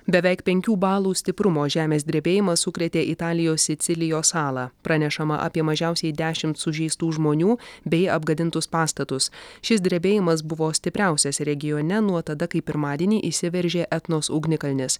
beveik penkių balų stiprumo žemės drebėjimas sukrėtė italijos sicilijos salą pranešama apie mažiausiai dešimt sužeistų žmonių bei apgadintus pastatus šis drebėjimas buvo stipriausias regione nuo tada kai pirmadienį išsiveržė etnos ugnikalnis